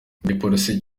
igipolisi